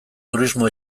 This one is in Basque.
turismo